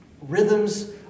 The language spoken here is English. rhythms